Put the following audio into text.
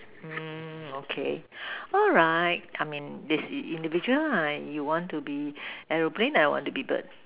mm okay alright come in this it's individual lah you want to be aeroplane I want to be bird